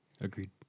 Agreed